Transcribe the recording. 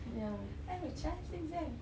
ya I've a child since when